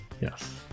Yes